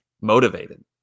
motivated